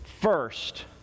first